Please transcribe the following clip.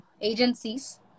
agencies